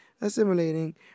assimilating